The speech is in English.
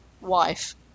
wife